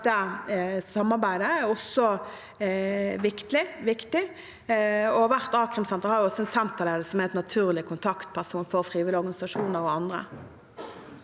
dette samarbeidet også er viktig, og hvert a-krimsenter har en senterleder som er en helt naturlig kontaktperson for frivillige organisasjoner og andre.